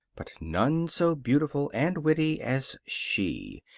but none so beautiful and witty as she.